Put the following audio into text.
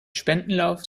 spendenlauf